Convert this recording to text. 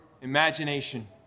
imagination